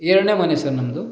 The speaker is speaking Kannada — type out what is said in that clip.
ಎರಡನೇ ಮನೆ ಸರ್ ನಮ್ಮದು